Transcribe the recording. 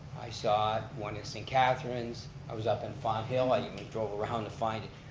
i saw it, one in st. catharine's, i was up in fon thill, i even drove around to find it.